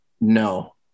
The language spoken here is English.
No